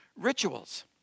rituals